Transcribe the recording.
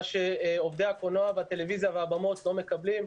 מה שעובדי הקולנוע, הטלוויזיה והבמה לא מקבלים.